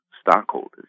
stockholders